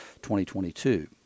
2022